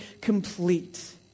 complete